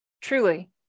truly